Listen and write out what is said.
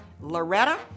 loretta